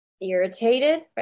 irritated